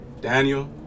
daniel